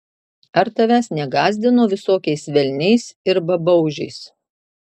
ar tavęs negąsdino visokiais velniais ir babaužiais